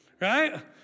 right